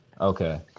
Okay